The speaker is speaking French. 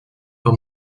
par